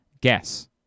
Guess